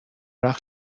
وقت